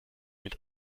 mit